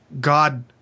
God